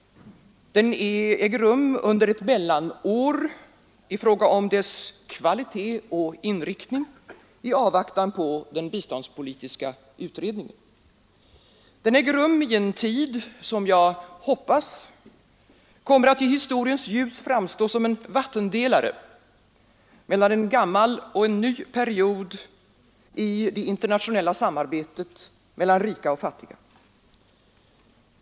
Den äger rum under ett mellanår i fråga om dess kvalitet och inriktning i avvaktan på den biståndspolitiska utredningen. Den äger rum i en tid som jag hoppas kommer att i historiens ljus framstå som en vattendelare mellan en gammal och en ny period i det internationella samarbetet mellan rika och fattiga.